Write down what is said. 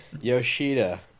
Yoshida